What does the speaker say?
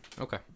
Okay